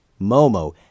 Momo